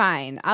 Fine